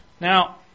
Now